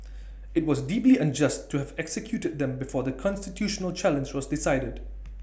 IT was deeply unjust to have executed them before the constitutional challenge was decided